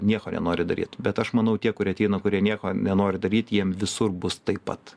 nieko nenori daryt bet aš manau tie kurie ateina kurie nieko nenori daryt jiem visur bus taip pat